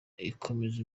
ikomeza